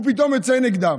הוא פתאום יוצא נגדם.